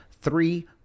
three